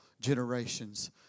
generations